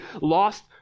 lost